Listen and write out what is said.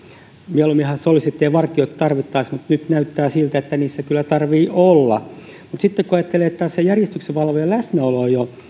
mieluumminhan olisi niin ettei vartijoita tarvittaisi mutta nyt näyttää siltä että niissä kyllä tarvitsee olla mutta sitten kun ajattelee että sen järjestyksenvalvojan läsnäolo on jo